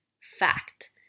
fact